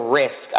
risk